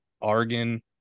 argan